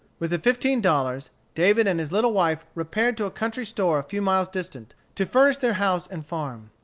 with the fifteen dollars, david and his little wife repaired to a country store a few miles distant, to furnish their house and farm.